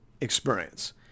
experience